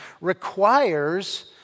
requires